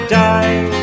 die